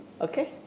Okay